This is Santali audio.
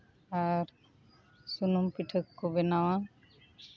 ᱟᱨ ᱥᱩᱱᱩᱢ ᱯᱤᱴᱷᱟᱹ ᱠᱚᱠᱚ ᱵᱮᱱᱟᱣᱟ